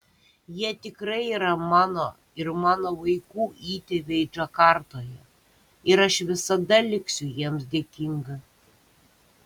jie tikrai yra mano ir mano vaikų įtėviai džakartoje ir aš visada liksiu jiems dėkinga